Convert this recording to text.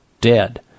dead